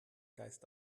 geist